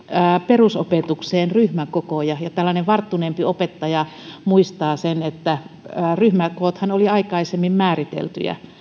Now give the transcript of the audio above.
perusopetukseen ryhmäkokoja ja tällainen varttuneempi opettaja muistaa sen että ryhmäkoothan olivat aikaisemmin määriteltyjä